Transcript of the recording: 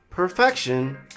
Perfection